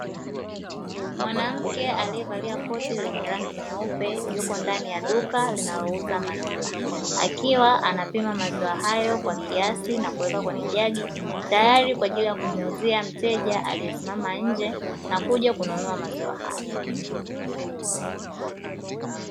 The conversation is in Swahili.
Mwanamke alievalia koti lenye rangi nyeupe, yuko ndani ya duka linalouza maziwa akiwa anapima maziwa hayo kwa kiasi na kuweka kwenye jagi, tayari kwa ajili ya kumuuzia mteja aliyesimama nje na kuja kununua maziwa hayo.